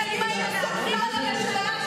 אם היינו סומכים על הממשלה שלנו,